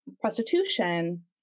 prostitution